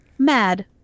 Mad